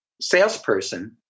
salesperson